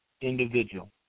individual